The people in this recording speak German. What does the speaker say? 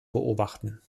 beobachten